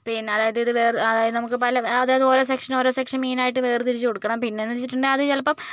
പിന്നെ അതായത് ഇത് വെ അതായത് നമുക്ക് പല അതായത് ഓരോ സെക്ഷൻ ഓരോ സെക്ഷൻ മീനായിട്ട് വേർതിരിച്ച് കൊടുക്കണം പിന്നെ എന്ന് വെച്ചിട്ടുണ്ടേൽ അത് ചിലപ്പോൾ